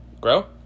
grow